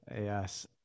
Yes